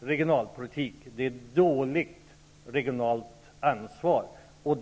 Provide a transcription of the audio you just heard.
regionalpolitik. Det är dåligt regionalt ansvar.